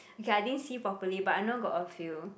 okay I didn't see properly but I know got a few